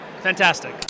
Fantastic